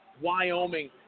Wyoming